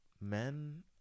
men